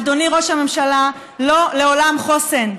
אדוני ראש הממשלה, לא לעולם חוסן.